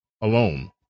alone